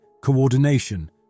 coordination